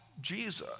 Jesus